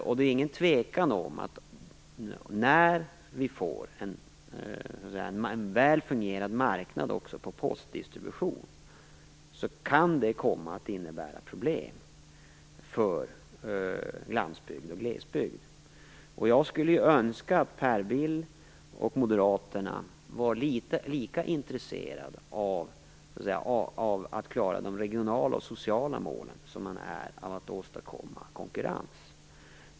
Det råder inget tvivel om att det kan komma att innebära problem för landsbygd och glesbygd när vi får en väl fungerande marknad också inom postdistributionen. Jag skulle önska att Per Bill och moderaterna var lika intresserade av att klara de regionala och sociala målen som man är av att åstadkomma konkurrens.